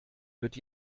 wird